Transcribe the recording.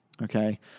Okay